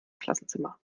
klassenzimmer